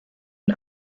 den